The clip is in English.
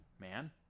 man